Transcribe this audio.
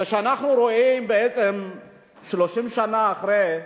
כשאנחנו רואים בעצם 30 שנה אחרי,